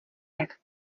jak